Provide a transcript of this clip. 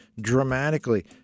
dramatically